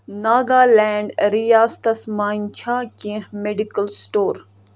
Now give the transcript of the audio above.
ناگالینٛڈ ریاستس مَنٛز چھا کیٚنٛہہ میڈیکل سٹور